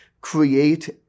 create